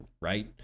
right